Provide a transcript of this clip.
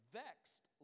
vexed